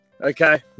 Okay